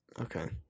Okay